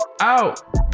Out